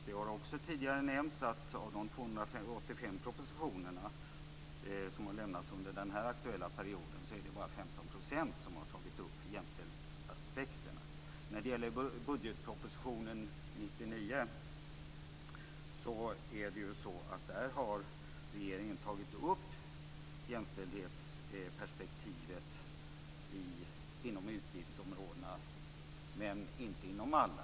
Som också tidigare nämnts är det bland de 285 propositioner som har lagts fram under den nu aktuella perioden bara i 15 % som man har tagit upp jämställdhetsaspekterna. I 1999 års budgetproposition har regeringen visserligen tagit upp jämställdhetsperspektivet inom utgiftsområdena, men inte inom alla.